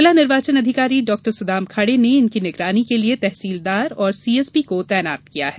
जिला निर्वाचन अधिकारी डॉक्टर सुदाम खाडे ने इनकी निगरानी के लिए तहसीलदार और सीएसपी को तैनात किया है